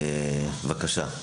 בבקשה.